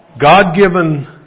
God-given